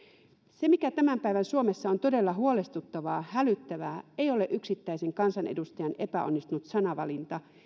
se mikä tämän päivän suomessa on todella huolestuttavaa hälyttävää ei ole yksittäisen kansanedustajan epäonnistunut sanavalinta